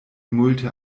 multe